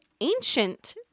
ancient